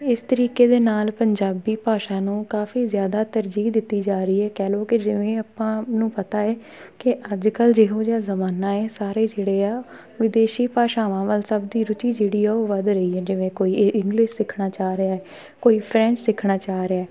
ਇਸ ਤਰੀਕੇ ਦੇ ਨਾਲ ਪੰਜਾਬੀ ਭਾਸ਼ਾ ਨੂੰ ਕਾਫ਼ੀ ਜ਼ਿਆਦਾ ਤਰਜੀਹ ਦਿੱਤੀ ਜਾ ਰਹੀ ਹੈ ਕਹਿ ਲਓ ਜਿਵੇਂ ਆਪਾਂ ਨੂੰ ਪਤਾ ਹੈ ਕਿ ਅੱਜ ਕੱਲ੍ਹ ਜਿਹੋ ਜਿਹਾ ਜਮਾਨਾ ਹੈ ਸਾਰੇ ਜਿਹੜੇ ਆ ਵਿਦੇਸ਼ੀ ਭਾਸ਼ਾਵਾਂ ਵੱਲ ਸਭ ਦੀ ਰੁਚੀ ਜਿਹੜੀ ਆ ਉਹ ਵੱਧ ਰਹੀ ਹੈ ਜਿਵੇਂ ਕੋਈ ਏ ਇੰਗਲਿਸ਼ ਸਿੱਖਣਾ ਚਾਹ ਰਿਹਾ ਕੋਈ ਫਰੈਂਚ ਸਿੱਖਣਾ ਚਾਹ ਰਿਹਾ